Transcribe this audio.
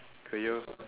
could you